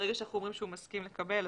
ברגע שאנחנו אומרים שהוא מסכים לקבל,